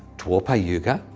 dwapara yuga,